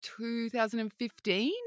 2015